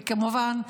וכמובן,